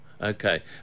Okay